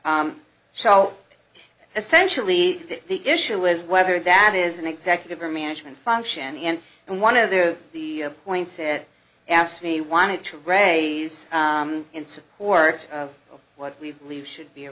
the issue is whether that is an executive or management function and and one of the the point said asked me wanted to raise in support of what we believe should be a